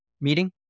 meeting